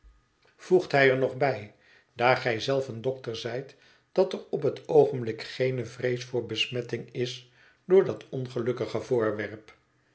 voegt hij er nog bij daar gij zelf een dokter zijt dat er op het oogenblik geene vrees voor besmetting is door dat ongelukkige voorwerp